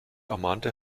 ermahnte